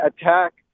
attack